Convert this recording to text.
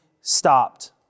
stopped